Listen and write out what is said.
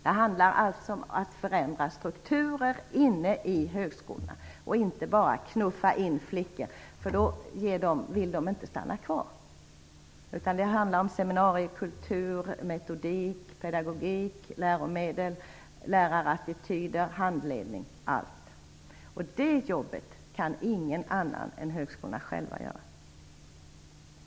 Det handlar alltså om att förändra strukturer inne i högskolan och inte bara knuffa in flickor. Då vill de inte stanna kvar. Det handlar om seminariekultur, metodik, pedagogik, läromedel, lärarattityder, handledning, allt. Det jobbet kan ingen annan än högskolorna själva göra.